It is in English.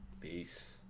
Peace